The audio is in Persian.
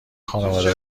خانواده